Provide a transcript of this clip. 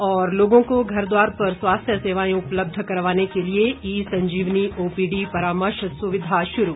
और लोगों को घरद्वार पर स्वास्थ्य सेवाएं उपलब्ध करवाने के लिए ई संजीवनी ओपीडी परामर्श सुविधा शुरू